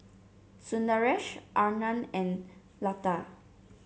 Sundaresh Anand and Lata